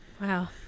Wow